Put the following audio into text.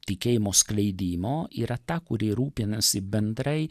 tikėjimo skleidimo yra ta kuri rūpinasi bendrai